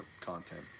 content